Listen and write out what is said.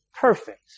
perfect